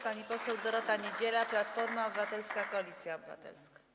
Pani poseł Dorota Niedziela, Platforma Obywatelska - Koalicja Obywatelska.